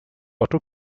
otto